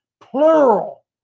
Plural